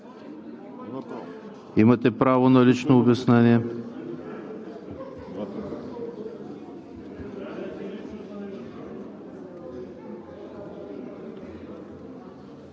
Имате право на лично обяснение.